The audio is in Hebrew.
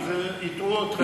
אז הטעו אתכם.